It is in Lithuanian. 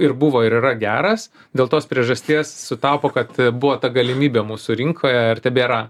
ir buvo ir yra geras dėl tos priežasties sutapo kad buvo ta galimybė mūsų rinkoje ir tebėra